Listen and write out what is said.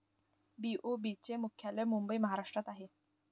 BOB चे मुख्यालय मुंबई महाराष्ट्रात आहे